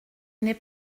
n’est